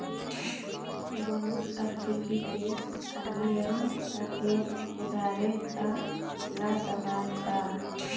बहुत अफ्रीकी देश आईएमएफेर उधारेर त ल दबाल छ